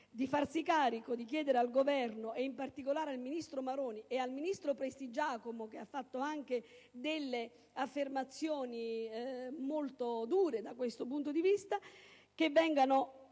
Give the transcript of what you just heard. di farsi carico di chiedere al Governo, in particolare al ministro Maroni e al ministro Prestigiacomo, che ha fatto anche delle affermazioni molto dure da questo punto di vista, di venire